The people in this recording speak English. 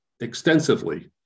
extensively